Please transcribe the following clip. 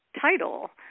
title